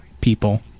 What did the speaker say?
people